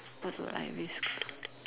what would I risk